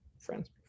friends